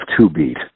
two-beat